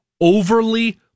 overly